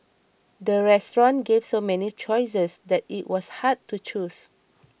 the restaurant gave so many choices that it was hard to choose